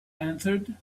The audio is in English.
answered